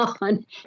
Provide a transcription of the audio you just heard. on